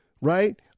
Right